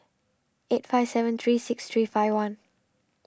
eight five seven three six three five one